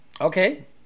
Okay